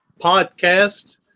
podcast